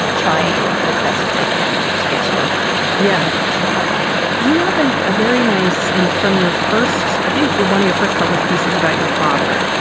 trying as best as i can to get to know them on yeah a personal level you have and a very nice. and from your first, i think you're one of your first published pieces about your father.